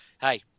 hey